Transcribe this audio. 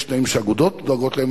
יש תנאים שאגודות דואגות להם,